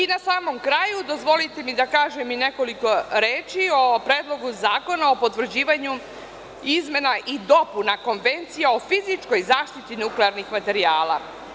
Na samom kraju, dozvolite mi da kažem i nekoliko reči o Predlogu zakona o potvrđivanju izmena i dopuna Konvencije o fizičkoj zaštiti nuklearnih materijala.